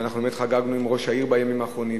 ואנחנו באמת חגגנו עם ראש העיר בימים האחרונים,